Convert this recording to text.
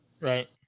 Right